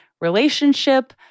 relationship